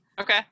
okay